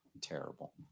Terrible